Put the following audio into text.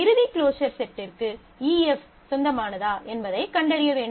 இறுதி க்ளோஸர் செட்டிற்கு EF சொந்தமானதா என்பதைக் கண்டறிய வேண்டும்